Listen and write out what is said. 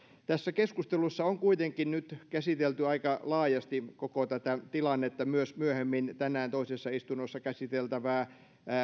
tässä keskustelussa on kuitenkin nyt käsitelty aika laajasti koko tätä tilannetta myös myöhemmin tänään toisessa istunnossa käsiteltävää